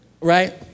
right